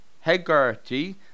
Hegarty